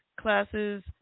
classes